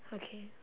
okay